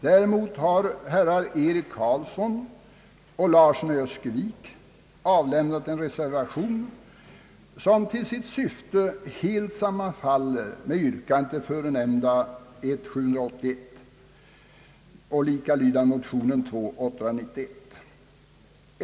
Däremot har herrar Eric Carlsson och Larsson i Öskevik avlämnat en reservation som till sitt syfte helt sammanfaller med yrkandet i nämnda motion I:781, likalydande med motion II: 891.